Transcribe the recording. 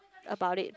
about it